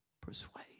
persuade